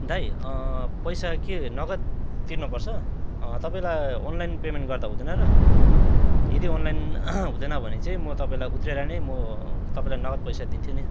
दाइ पैसा के नगद तिर्नुपर्छ तपाईँलाई अनलाइन पेमेन्ट गर्दा हुँदैन र यदि अनलाइन हुँदैन भने चाहिँ म तपाईँलाई उत्रेर नै म तपाईँलाई नगद पैसा दिन्छु नि